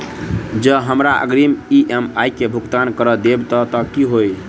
जँ हमरा अग्रिम ई.एम.आई केँ भुगतान करऽ देब तऽ कऽ होइ?